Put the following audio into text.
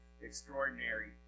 extraordinary